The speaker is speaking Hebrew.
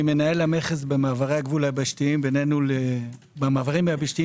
אני מנהל המכס במעברי הגבול במעברים היבשתיים